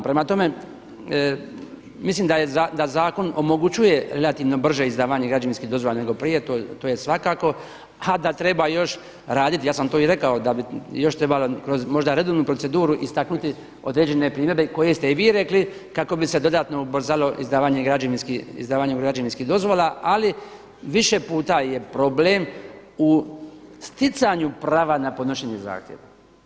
Prema tome, mislim da zakon omogućuje relativno brže izdavanje građevinskih dozvola nego prije, to je svakako a da treba još raditi, ja sam to i rekao da bi još trebalo možda kroz redovnu proceduru istaknuti određene primjedbe koje ste i vi rekli kako bi se dodatno ubrzalo izdavanje građevinskih dozvola ali više puta je problem u sticanju prava na podnošenje zahtjeva.